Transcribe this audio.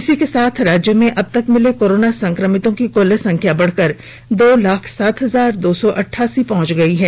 इसी के साथ राज्य में अब तक मिले कोरोना संक्रमितों की कुल संख्या बढ़कर दो लाख सात हजार दो सौ अट्ठासी पहुंच गई है